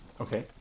Okay